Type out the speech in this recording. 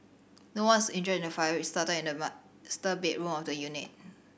no one's injured in the fire which started in the started bedroom of the unit